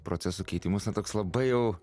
procesų keitimus na teks labai jau